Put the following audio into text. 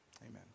Amen